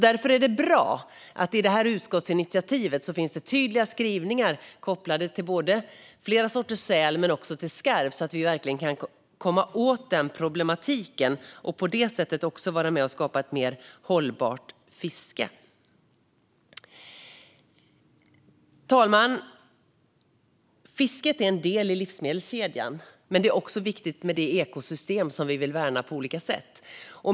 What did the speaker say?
Därför är det bra att det i detta utskottsinitiativ finns tydliga skrivningar kopplade till flera sorters sälar men också till skarv, så att vi verkligen kan komma åt den problematiken och på det sättet vara med och skapa ett mer hållbart fiske. Fru talman! Fisket är en del i livsmedelskedjan, men det är också viktigt med det ekosystem som vi vill värna på olika sätt.